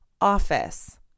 office